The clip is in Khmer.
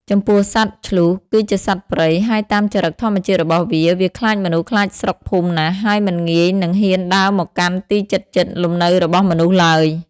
ចំពោះ សត្វឈ្លូស គឺជាសត្វព្រៃ ហើយតាមចរិតធម្មជាតិរបស់វា វាខ្លាចមនុស្សខ្លាចស្រុកភូមិណាស់ ហើយមិនងាយនិងហ៊ានដើរមកកាន់ទីជិតៗលំនៅរបស់មនុស្សឡើយ។